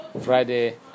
Friday